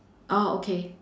oh okay